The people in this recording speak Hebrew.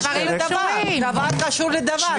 דבר קשור בדבר.